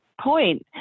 point